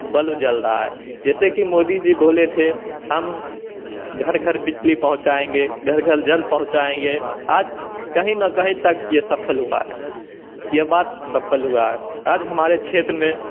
bulb जल रहा है जैसे कि मोदी जी बोले थे हम घर घर बिजली पहुँचाएंगे घर घर जल पहुँचाएंगे आज कही ना कही तक यह सफल हुआ है यह बात सफल हुआ है आज हमारे क्षेत्र में